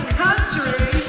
country